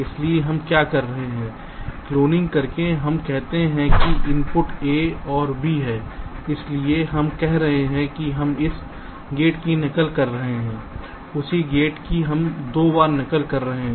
इसलिए हम क्या कर रहे हैं क्लोनिंग करके हम कहते हैं कि इनपुट A और B हैं इसलिए हम कह रहे हैं कि हम इस गेट की नकल कर रहे हैं उसी गेट की हम दो बार नकल कर रहे हैं